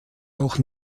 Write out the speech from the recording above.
auch